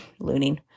looning